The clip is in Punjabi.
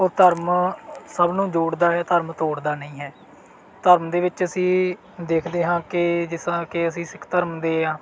ਉਹ ਧਰਮ ਸਭ ਨੂੰ ਜੋੜਦਾ ਹੈ ਧਰਮ ਤੋੜਦਾ ਨਹੀਂ ਹੈ ਧਰਮ ਦੇ ਵਿੱਚ ਅਸੀਂ ਦੇਖਦੇ ਹਾਂ ਕਿ ਜਿਸ ਤਰ੍ਹਾਂ ਕਿ ਅਸੀਂ ਸਿੱਖ ਧਰਮ ਦੇ ਹਾਂ